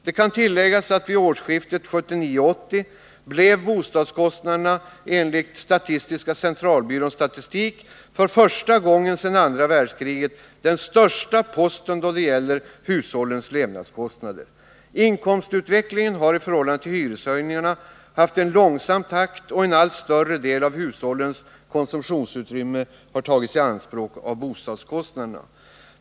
Det kan tilläggas att vid årsskiftet 1979-1980 blev bostadskostnaderna, enligt SCB:s statistik, för första gången sedan det andra världskriget den största posten då det gäller hushållens levnadskostnader. Inkomstutvecklingen har i förhållande till hyreshöjningarna haft en långsam takt, och en allt större del av hushållens konsumtionsutrymme har tagits i anspråk av bostadskostnaderna.